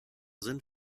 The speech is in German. sind